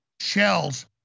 shells